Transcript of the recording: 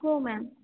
हो मॅम